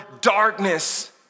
darkness